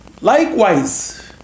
Likewise